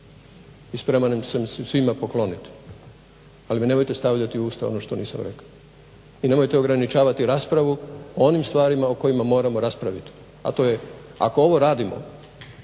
i spreman sam im se svima pokloniti, ali mi nemojte stavljati u ustat ono što nisam rekao. I nemojte ograničavati raspravu o onim stvarima o kojima moramo raspraviti, a to je ako ovo radimo